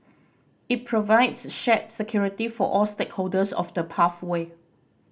it provides shared security for all stakeholders of the pathway